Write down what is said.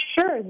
Sure